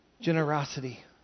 generosity